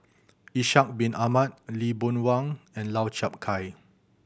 Ishak Bin Ahmad Lee Boon Wang and Lau Chiap Khai